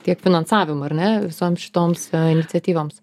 tiek finansavimą ar ne visoms šitoms iniciatyvoms